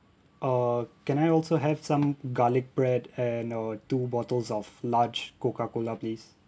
uh can I also have some garlic bread and uh two bottles of large Coca Cola please